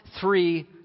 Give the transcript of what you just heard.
Three